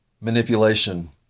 manipulation